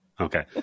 Okay